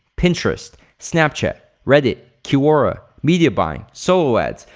pinterest, snapchat, reddit, quora, media buying, solo ads.